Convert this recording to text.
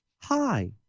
Hi